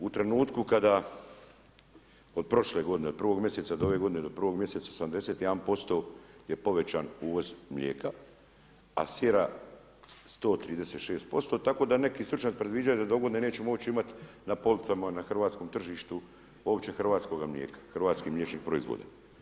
U trenutku kada, od prošle godine od prvog mjeseca do ove godine do prvog mjeseca 71% je povećan uvoz mlijeka, a sira 136% tako da neki stručnjaci predviđaju da dogodine nećemo uopće imat na policama na hrvatskom tržištu uopće Hrvatskoga mlijeka, hrvatskih mliječnih proizvoda.